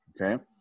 Okay